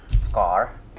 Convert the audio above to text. Scar